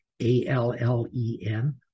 A-L-L-E-N